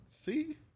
See